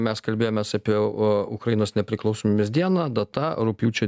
mes kalbėjomės apie ukrainos nepriklausomybės dieną data rugpjūčio